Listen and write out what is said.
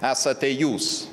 esate jūs